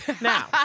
now